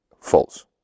false